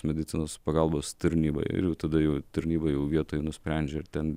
medicinos pagalbos tarnyba ir tada jau tarnyba jau vietoj nusprendžia ir ten